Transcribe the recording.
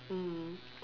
mm